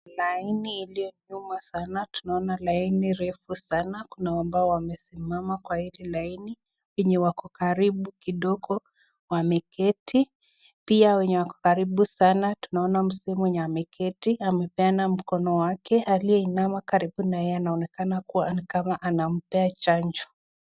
Laini iliyo nyuma sana, tunaona laini refu sana, kuna ambao wamesimama kwa hili laini, wenye wako karibu kidogo wameketi, pia wenye wako karibu sana tunaona mzee mwenye ameketi amepeana mkono wake, aliyeinama karibu na yeye anaonekana kuwa ni kama anampea chanjo.